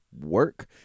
work